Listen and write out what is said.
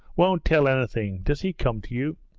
won't tell anything. does he come to you